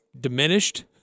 diminished